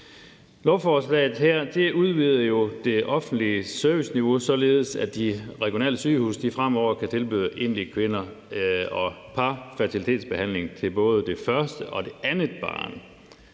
Lovforslaget her udvider jo det offentlige serviceniveau således, at de regionale sygehuse fremover kan tilbyde enlige kvinder og par fertilitetsbehandling til både det første og det andet barn,